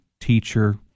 teacher